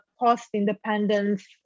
post-independence